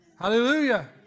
Hallelujah